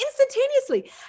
instantaneously